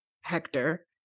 Hector